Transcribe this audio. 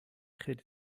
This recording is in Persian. خیلی